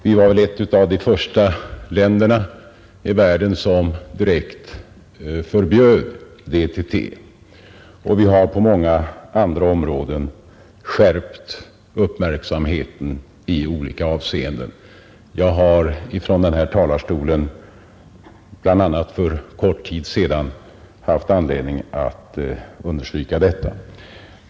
Vi var väl ett av de första länderna i världen som direkt förbjöd DDT, och vi har på många andra områden skärpt uppmärksamheten i olika avseenden. Jag har från denna talarstol, bl.a. för kort tid sedan, haft anledning att understryka detta.